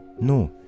No